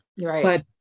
Right